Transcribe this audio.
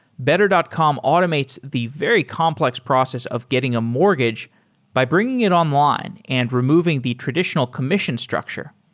better dot com automates the very complex process of getting a mortgage by bringing it online and removing the traditional commission structure,